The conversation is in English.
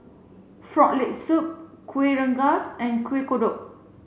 frog leg soup Kuih Rengas and Kuih Kodok